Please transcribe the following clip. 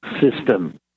system